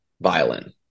violin